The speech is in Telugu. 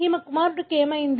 ఆమె కుమారుడికి ఏమైంది